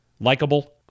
likable